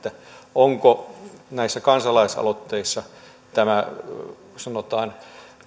onko näissä kansalaisaloitteissa tämä sanotaan